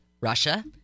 Russia